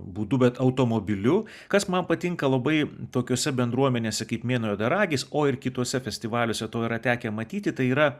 būdu bet automobiliu kas man patinka labai tokiose bendruomenėse kaip mėnuo juodaragis o ir kituose festivaliuose to yra tekę matyti tai yra